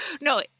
No